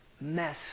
mess